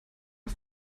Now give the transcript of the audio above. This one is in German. auf